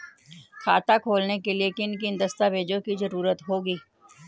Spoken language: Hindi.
खाता खोलने के लिए किन किन दस्तावेजों की जरूरत होगी?